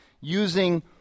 using